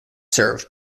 served